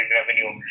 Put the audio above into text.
revenue